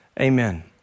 Amen